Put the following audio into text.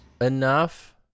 enough